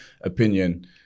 opinion